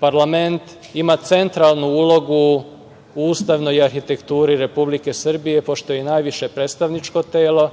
parlament ima centralnu ulogu u ustavnoj arhitekturi Republike Srbije, pošto je i najviše predstavničko telo